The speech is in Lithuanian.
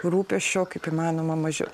rūpesčio kaip įmanoma mažiau